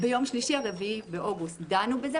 ביום שלישי ה-4 באוגוסט דנו בזה,